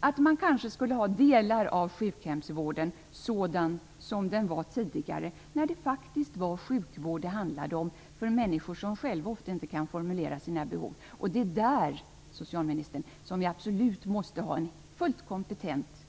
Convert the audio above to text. Kanske bör man alltså ha delar av sjukhemsvården sådan som den var tidigare när det faktist handlade om sjukvård för människor som själva ofta inte kan formulera sina behov. Det är där, socialministern, som vi absolut måste ha en fullt